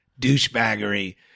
douchebaggery